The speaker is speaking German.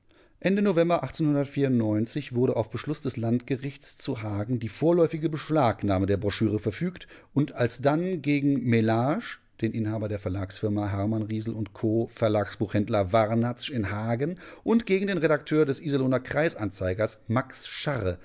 ende november wurde auf beschluß des landgerichts zu hagen die vorläufige beschlagnahme der broschüre verfügt und alsdann gegen mellage den inhaber der verlagsfirma hermann risel co verlagsbuchhändler warnatzsch in hagen und gegen den redakteur des iserlohner kreisanzeigers max scharre